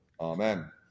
Amen